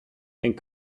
and